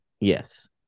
Yes